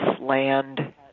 land